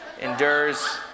Endures